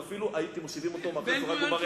הייתם מושיבים אותו אפילו מאחורי סורג ובריח.